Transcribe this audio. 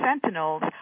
sentinels